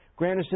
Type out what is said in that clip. Granderson